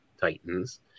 titans